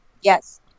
Yes